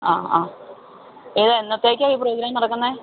അ അ ഇത് എന്നത്തേക്കാണ് ഈ പ്രോഗ്രാം നടക്കുന്നത്